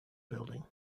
building